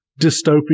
dystopian